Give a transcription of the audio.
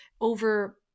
over